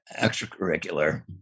extracurricular